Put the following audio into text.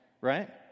right